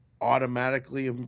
automatically